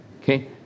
okay